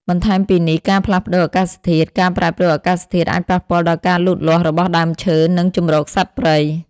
បន្ថែមពីនេះការផ្លាស់ប្តូរអាកាសធាតុ ការប្រែប្រួលអាកាសធាតុអាចប៉ះពាល់ដល់ការលូតលាស់របស់ដើមឈើ និងជម្រកសត្វព្រៃ។